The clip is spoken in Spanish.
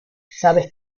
sabes